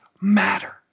matter